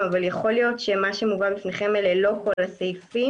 אבל יכול להיות שמה שמובא בפניכם אלו לא כל הסעיפים,